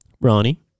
Ronnie